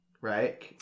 Right